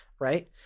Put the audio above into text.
right